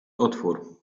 otwór